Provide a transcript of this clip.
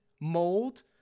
mold